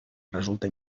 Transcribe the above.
resulta